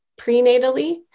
prenatally